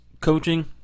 coaching